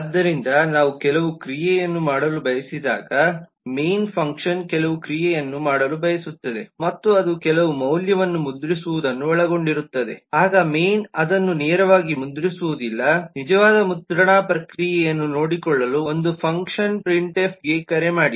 ಆದ್ದರಿಂದ ನಾವು ಕೆಲವು ಕ್ರಿಯೆಯನ್ನು ಮಾಡಲು ಬಯಸಿದಾಗ ಮೈನ್ ಫಂಕ್ಷನ್ ಕೆಲವು ಕ್ರಿಯೆಯನ್ನು ಮಾಡಲು ಬಯಸುತ್ತದೆ ಮತ್ತು ಅದು ಕೆಲವು ಮೌಲ್ಯಗಳನ್ನು ಮುದ್ರಿಸುವುದನ್ನು ಒಳಗೊಂಡಿರುತ್ತದೆ ಆಗ ಮೈನ್ ಅದನ್ನು ನೇರವಾಗಿ ಮುದ್ರಿಸುವುದಿಲ್ಲ ನಿಜವಾದ ಮುದ್ರಣ ಪ್ರಕ್ರಿಯೆಯನ್ನು ನೋಡಿಕೊಳ್ಳಲು ಒಂದು ಫಂಕ್ಷನ್ ಪ್ರಿಂಟ್ಎಫ್ ಗೆ ಕರೆ ಮಾಡಿ